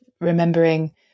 remembering